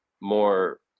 more